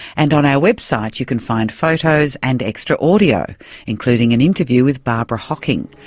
and on our website you can find photos and extra audio including an interview with barbara hocking,